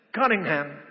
Cunningham